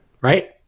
right